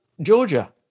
Georgia